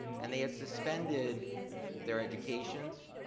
and they had suspended their educations,